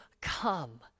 come